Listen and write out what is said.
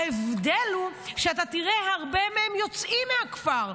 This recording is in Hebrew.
ההבדל הוא שאתה תראה הרבה שיוצאים מהכפר.